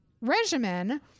regimen